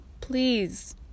please